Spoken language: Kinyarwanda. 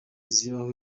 zibaho